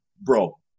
bro